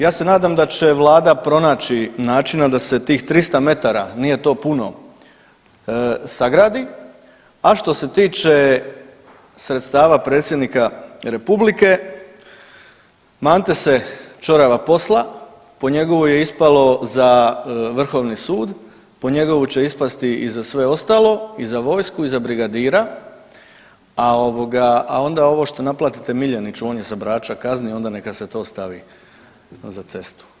Ja se nadam da će vlada pronaći načina da se tih 300 metara nije to puno sagradi, a što se tiče sredstava predsjednika Republike, mante se čorava posla po njegovu je ispalo za Vrhovni sud, po njegovu će ispasti i za sve ostalo i za vojsku i za brigadira, a ovoga, a onda ovo što naplatite Miljaniću on je sa Brača kazni, onda neka se to stavi za cestu.